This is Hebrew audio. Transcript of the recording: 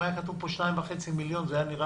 אם היה כתוב פה 2.5 מיליון זה היה נראה